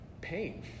pain